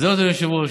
זהו, אדוני היושב-ראש.